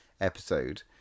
episode